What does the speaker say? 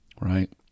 right